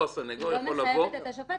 הסנגור יכול --- היא לא מחייבת את השופט,